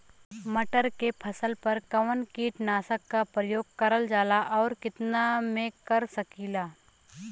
मटर के फसल पर कवन कीटनाशक क प्रयोग करल जाला और कितना में कर सकीला?